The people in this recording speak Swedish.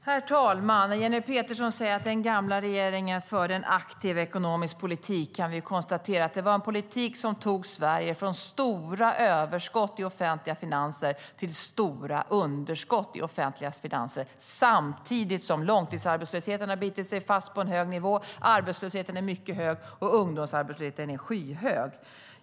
Herr talman! Jenny Petersson säger att den gamla regeringen förde en aktiv ekonomisk politik. Vi kan konstatera att det var en politik som tog Sverige från stora överskott i offentliga finanser till stora underskott i offentliga finanser. Samtidigt har långtidsarbetslösheten bitit sig fast på en hög nivå, arbetslösheten är mycket hög och ungdomsarbetslösheten är skyhög.